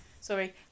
Sorry